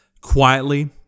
quietly